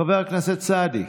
חבר הכנסת סעדי,